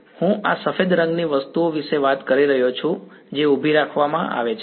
ના હું આ સફેદ રંગની વસ્તુઓ વિશે વાત કરી રહ્યો છું જે ઊભી રાખવામાં આવે છે